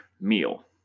meal